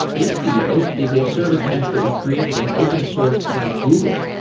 istio is a service mesh that was created and open sourced by google.